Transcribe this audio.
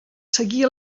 seguir